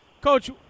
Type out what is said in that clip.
Coach